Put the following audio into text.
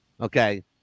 okay